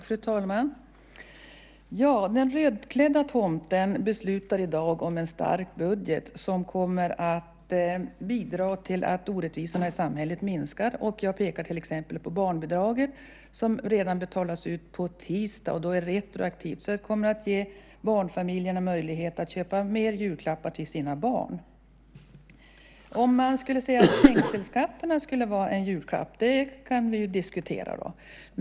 Fru talman! Den rödklädda tomten beslutar i dag om en stark budget som kommer att bidra till att orättvisorna i samhället minskar. Jag pekade till exempel på höjningen av barnbidraget som betalas ut retroaktivt redan på tisdag. Det kommer att ge föräldrarna möjlighet att köpa mer julklappar till sina barn. Om trängselskatterna är en julklapp kan vi ju diskutera.